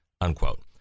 unquote